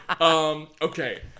okay